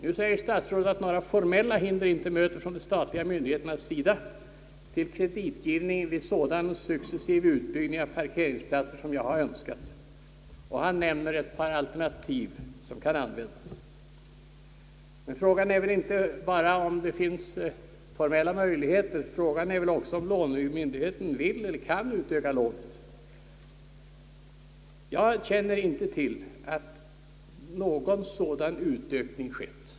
Nu säger statsrådet, att några formella hinder inte möter från de statliga myndigheterna till kreditgivning vid sådan successiv utbyggnad av parkeringsplatser, som jag har önskat, och han nämner ett par alternativa vägar som kan användas. Frågan är väl inte bara om det finns formella möjligheter, utan frågan är väl också om den statliga lånemyndigheten vill eller kan utöka lånet. Jag känner inte till att någon sådan utökning har skett.